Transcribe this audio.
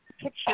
picture